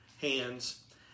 hands